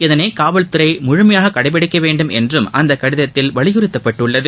இதனை காவல்துறை முழுமையாக கடைப்பிடிக்க வேண்டும் என்றும் அந்த கடிதத்தில் வலியுறுத்தப்பட்டுள்ளது